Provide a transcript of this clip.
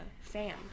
fam